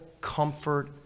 comfort